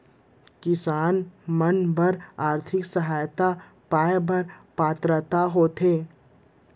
किसान मन बर आर्थिक सहायता पाय बर का पात्रता होथे?